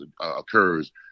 occurs